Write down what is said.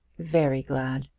very glad.